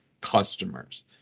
customers